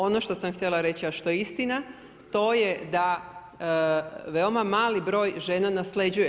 Ono što sam htela reći a što je istina to je da veoma mali broj žena nasleđuje.